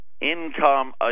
income